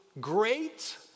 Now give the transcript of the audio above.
great